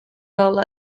role